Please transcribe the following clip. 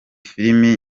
filimi